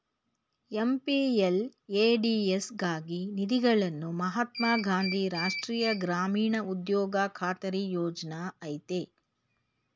MPLADS ಗಾಗಿ ನಿಧಿಗಳನ್ನು ಮಹಾತ್ಮ ಗಾಂಧಿ ರಾಷ್ಟ್ರೀಯ ಗ್ರಾಮೀಣ ಉದ್ಯೋಗ ಖಾತರಿ ಯೋಜ್ನ ಆಯ್ತೆ